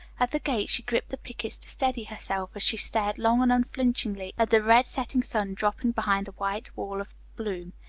at the gate she gripped the pickets to steady herself as she stared long and unflinchingly at the red setting sun dropping behind a white wall of bloom.